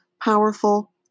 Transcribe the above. powerful